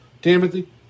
Timothy